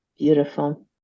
Beautiful